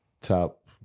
top